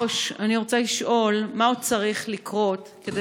אני רוצה לשאול: מה עוד צריך לקרות כדי